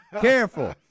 Careful